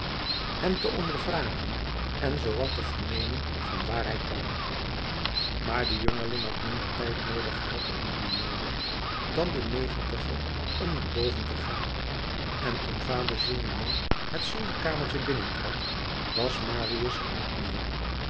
hem te ondervragen en zoo wat te vernemen van waar hij kwam maar de jongeling had minder tijd noodig gehad om naar beneden dan de negentiger om naar boven te gaan en toen vader gillenormand het zolderkamertje binnentrad was marius er niet meer